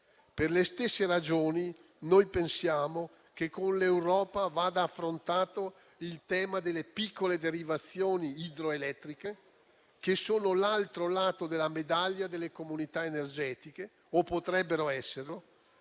Per le stesse ragioni noi pensiamo che con l'Europa vada affrontato il tema delle piccole derivazioni idroelettriche, che sono l'altro lato della medaglia delle comunità energetiche o potrebbero esserlo.